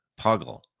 Puggle